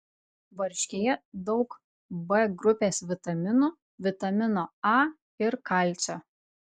varškėje daug b grupės vitaminų vitamino a ir kalcio